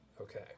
Okay